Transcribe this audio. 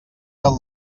del